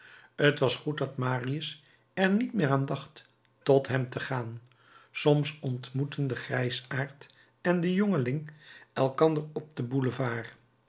t was goed dat marius er niet meer aan dacht tot hem te gaan soms ontmoetten de grijsaard en de jongeling elkander op den boulevard